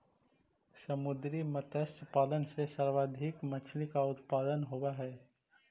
समुद्री मत्स्य पालन से सर्वाधिक मछली का उत्पादन होवअ हई